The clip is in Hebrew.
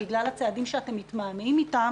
בגלל הצעדים שאתם מתמהמהים איתם